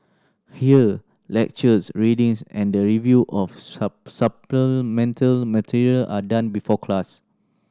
here lectures readings and the review of supplemental material are done before class